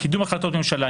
קידום החלטות ממשלה,